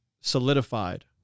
solidified